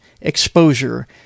exposure